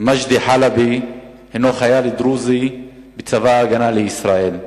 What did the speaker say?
מג'די חלבי הינו חייל דרוזי בצבא-ההגנה לישראל,